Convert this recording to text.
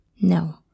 No